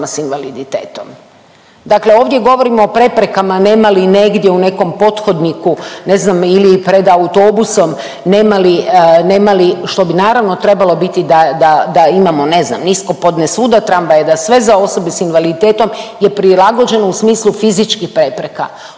s invaliditetom. Dakle ovdje govorimo o preprekama nema li negdje u nekom pothodniku, ne znam ili pred autobusom nema li, nema li, što bi naravno trebalo biti da, da, da imamo, ne znam niskopodne svuda tramvaje, da sve za osobe s invaliditetom je prilagođeno u smislu fizičkih prepreka.